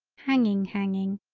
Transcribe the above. hanging hanging.